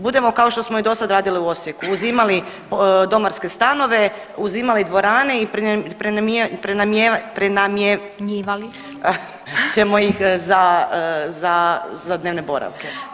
Budimo kao što smo i do sada radili u Osijeku uzimali domarske stanove, uzimali dvorane i prenamijenjivali ćemo ih za dnevne boravke.